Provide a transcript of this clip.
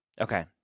Okay